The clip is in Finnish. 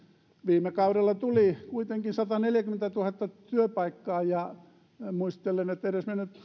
viime kaudella tuli kuitenkin sataneljäkymmentätuhatta työpaikkaa ja muistelen että edesmennyt